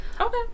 Okay